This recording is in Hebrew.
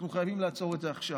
אנחנו חייבים לעצור את זה עכשיו.